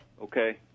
Okay